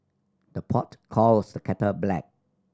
the pot calls the kettle black